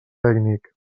tècnic